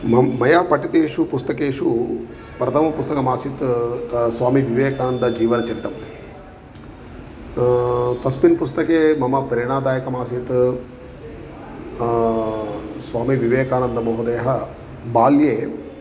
मम मया पठितेषु पुस्तकेषु प्रथमपुस्तकमासीत् स्वामिविवेकानन्दजीवनचरितं तस्मिन् पुस्तके मम प्रेरणादायकमासीत् स्वामिविवेकानन्दमहोदयः बाल्ये